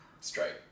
straight